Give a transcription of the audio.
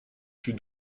fut